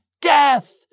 Death